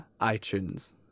iTunes